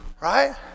Right